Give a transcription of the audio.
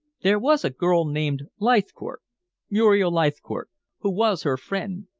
there was a girl named leithcourt muriel leithcourt who was her friend,